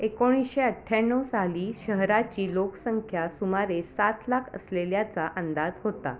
एकोणीसशे अठ्ठ्याण्णव साली शहराची लोकसंख्या सुमारे सात लाख असलेल्याचा अंदाज होता